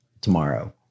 tomorrow